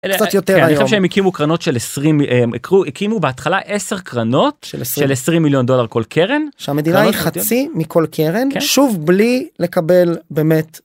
קצת יותר... אני חושב שהם יקימו קרנות של 20... הקימו בהתחלה 10 קרנות של 20 מיליון דולר כל קרן. שהמדינה היא חצי מכל קרן, שוב, בלי לקבל באמת.